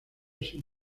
sin